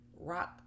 rock